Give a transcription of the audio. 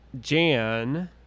Jan